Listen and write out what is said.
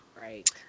Right